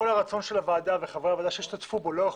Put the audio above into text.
כל הרצון של הוועדה וחברי הוועדה שהשתתפו בו לאורך